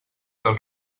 del